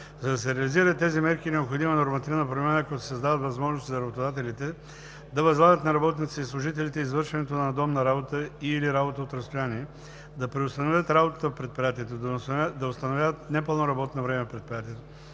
За да се реализират тези мерки, е необходима нормативна промяна, като се създават възможности за работодателите: - да възлагат на работниците и служителите извършването на надомна работа и/или работа от разстояние; - да преустановяват работата в предприятието; - да установяват непълно работно време в предприятието;